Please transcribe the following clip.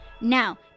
now